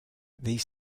these